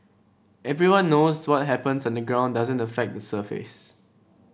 everyone knows what happens underground doesn't affect the surface